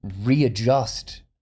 readjust